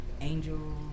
Angel